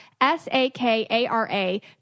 S-A-K-A-R-A